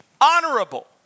honorable